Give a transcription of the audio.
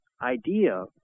idea